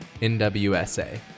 NWSA